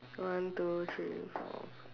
one two three four